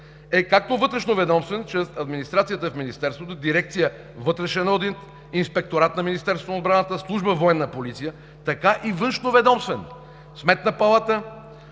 е както вътрешноведомствен – чрез администрацията в Министерството, Дирекция „Вътрешен одит“, Инспекторат на Министерството на отбраната, Служба „Военна полиция“, така и външноведомствен – Сметна палата,